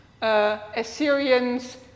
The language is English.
Assyrians